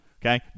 Okay